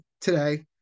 today